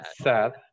sad